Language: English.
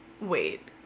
Wait